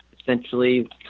essentially